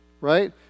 Right